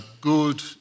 good